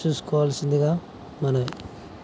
చూసుకోవల్సిందిగా మనవి